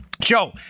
Joe